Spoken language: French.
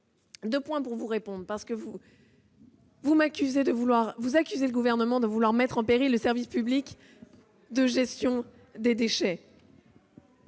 peu de déchets au total. Vous accusez le Gouvernement de vouloir mettre en péril le service public de gestion des déchets